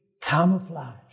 Camouflage